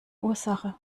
ursache